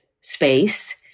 space